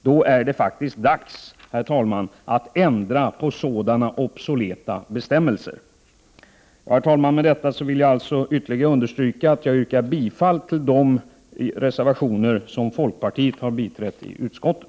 Det är faktiskt dags att ändra på sådana obsoleta bestämmelser. Herr talman! Med detta vill jag alltså ännu än gång understryka att jag yrkar bifall till de reservationer som folkpartiet biträtt i utskottet.